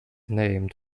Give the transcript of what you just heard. named